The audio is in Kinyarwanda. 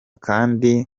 kandi